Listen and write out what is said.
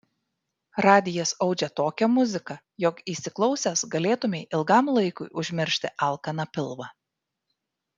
radijas audžia tokią muziką jog įsiklausęs galėtumei ilgam laikui užmiršti alkaną pilvą